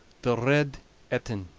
the red etin